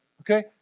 okay